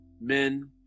men